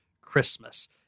Christmas